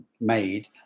made